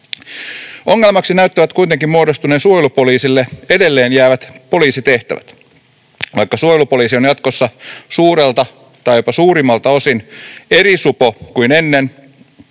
Ongelmaksi näyttävät kuitenkin muodostuneen suojelupoliisille edelleen jäävät poliisitehtävät. Vaikka suojelupoliisi on jatkossa suurelta tai jopa suurimmalta osin eri supo kuin ennen,